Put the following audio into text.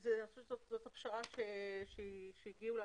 אני חושבת שזאת הפשרה אליה הגיעו.